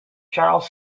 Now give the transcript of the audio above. charles